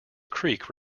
creek